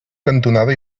cantonada